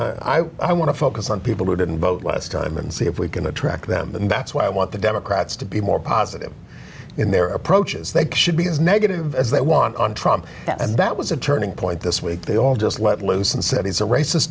do i want to focus on people who didn't vote was started and see if we can attract them and that's why i want the democrats to be more positive in their approach is they should be as negative as they want on trump and that was a turning point this week they all just let loose and said he's a racist